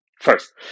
First